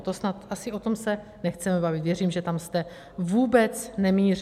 To snad asi o tom se nechceme bavit, věřím, že tam jste vůbec nemířil.